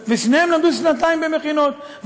ושניהם למדו שנתיים במכינות,